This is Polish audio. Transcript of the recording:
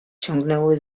ciągnęły